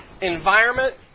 environment